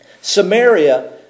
Samaria